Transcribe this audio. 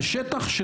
על שטח,